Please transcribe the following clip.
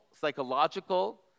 psychological